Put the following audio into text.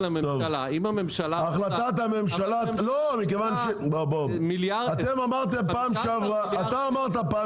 יש לי --- בפעם שעברה אתה אמרת,